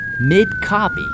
mid-copy